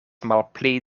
malpli